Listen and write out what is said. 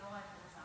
חבריי חברי הכנסת,